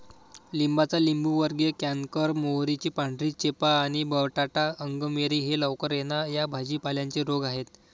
लिंबाचा लिंबूवर्गीय कॅन्कर, मोहरीची पांढरी चेपा आणि बटाटा अंगमेरी हे लवकर येणा या भाजी पाल्यांचे रोग आहेत